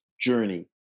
journey